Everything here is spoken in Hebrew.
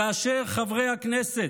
כאשר חברי הכנסת,